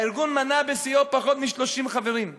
ומנה בשיאו פחות מ-30 חברים.